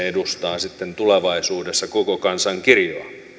edustaa sitten tulevaisuudessa koko kansan kirjoa